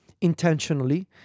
intentionally